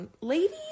Lady